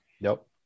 Nope